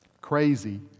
crazy